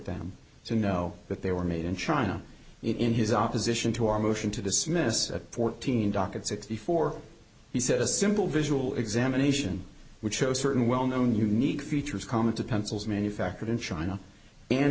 them to know that they were made in china in his opposition to our motion to dismiss a fourteen docket sixty four he said a simple visual examination which shows certain well known unique features common to pencils manufactured in china and